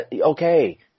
Okay